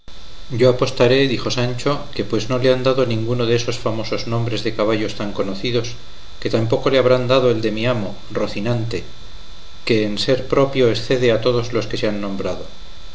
yo apostaré dijo sancho que pues no le han dado ninguno desos famosos nombres de caballos tan conocidos que tampoco le habrán dado el de mi amo rocinante que en ser propio excede a todos los que se han nombrado